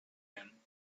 him